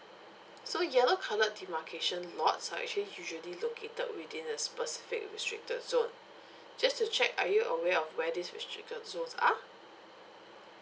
so yellow coloured demarcation lots are actually usually located within a specific restricted zone just to check are you aware of where these restricted zones are